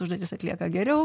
užduotis atlieka geriau